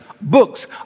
books